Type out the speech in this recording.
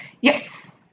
Yes